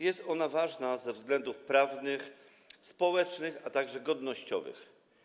Jest ona ważna ze względów prawnych, społecznych, a także godnościowych.